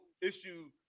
issue